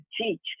teach